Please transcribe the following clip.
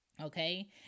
Okay